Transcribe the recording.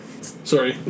Sorry